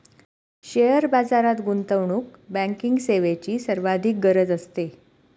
share बाजारात गुंतवणूक banking सेवेची सर्वाधिक गरज असते